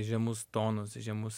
žemus tonus žemus